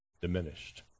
diminished